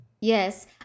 Yes